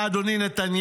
אתה, אדוני נתניהו,